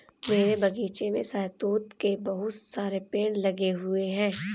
मेरे बगीचे में शहतूत के बहुत सारे पेड़ लगे हुए हैं